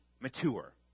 mature